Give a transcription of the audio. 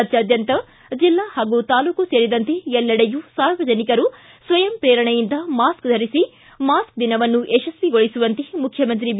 ರಾಜ್ಯಾದ್ಯಂತ ಜಿಲ್ಲಾ ಹಾಗೂ ತಾಲ್ಲೂಕು ಸೇರದಿಂತೆ ಎಲ್ಲೆಡೆಯೂ ಸಾರ್ವಜನಿಕರು ಸ್ವಯಂ ಪ್ರೇರಣೆಯಿಂದ ಮಾಸ್ಕ್ ಧರಿಸಿ ಮಾಸ್ಕ್ ದಿನವನ್ನು ಯಶಸ್ವಿಗೊಳಿಸುವಂತೆ ಮುಖ್ಯಮಂತ್ರಿ ಬಿ